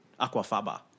Aquafaba